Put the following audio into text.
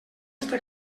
està